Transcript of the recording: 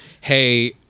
hey